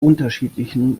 unterschiedlichen